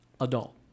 adult